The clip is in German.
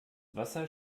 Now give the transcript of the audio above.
wasser